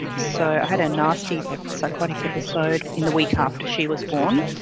and so i had a nasty psychotic episode in the week ah after she was born,